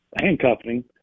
handcuffing